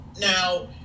Now